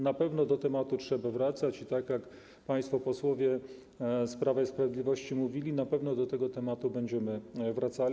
Na pewno do tematu trzeba wracać i tak jak państwo posłowie z Prawa i Sprawiedliwości mówili, na pewno do tego tematu będziemy wracali.